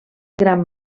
gran